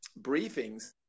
briefings